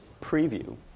preview